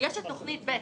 יש את תוכנית ב'